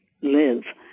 live